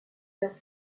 faire